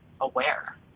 aware